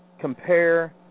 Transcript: Compare